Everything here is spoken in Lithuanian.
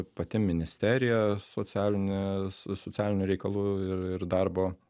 pati ministerija socialinė socialinių reikalų ir ir darbo